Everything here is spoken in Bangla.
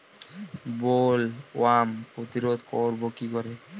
বোলওয়ার্ম প্রতিরোধ করব কি করে?